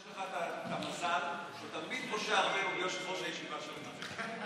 יש לך את המזל שתמיד משה ארבל הוא יושב-ראש הישיבה שלך.